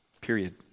Period